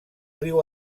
riu